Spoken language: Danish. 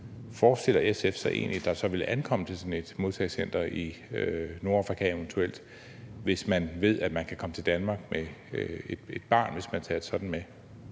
egentlig der så vil ankomme til sådan et modtagecenter i Nordafrika eventuelt, hvis man ved, man kan komme til Danmark med et barn, hvis man tager et sådant med?